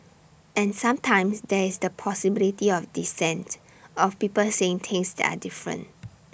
and sometimes there is the possibility of dissent of people saying things that are different